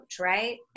right